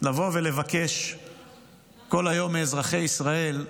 לבוא ולבקש כל היום מאזרחי ישראל,